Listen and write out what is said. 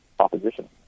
opposition